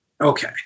okay